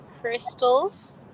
crystals